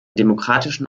demokratischen